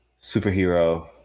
superhero